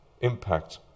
impact